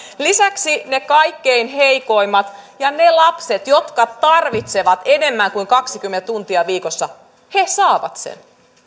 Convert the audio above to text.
lisäksi ne kaikkein heikoimmat ja ne lapset jotka tarvitsevat enemmän kuin kaksikymmentä tuntia viikossa saavat